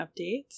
updates